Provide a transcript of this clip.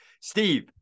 Steve